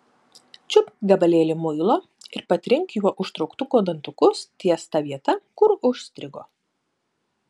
čiupk gabalėlį muilo ir patrink juo užtrauktuko dantukus ties ta vieta kur užstrigo